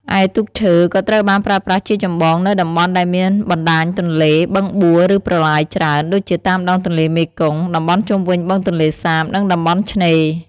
ឯទូកឈើ ក៏ត្រូវបានប្រើប្រាស់ជាចម្បងនៅ តំបន់ដែលមានបណ្ដាញទន្លេ បឹងបួ ឬប្រឡាយច្រើន ដូចជាតាមដងទន្លេមេគង្គ តំបន់ជុំវិញបឹងទន្លេសាប និងតំបន់ឆ្នេរ ។